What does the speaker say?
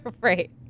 Right